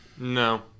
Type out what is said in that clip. No